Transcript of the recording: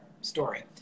story